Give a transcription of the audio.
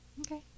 Okay